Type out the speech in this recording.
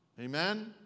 Amen